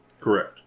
Correct